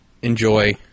enjoy